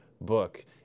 book